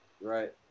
Right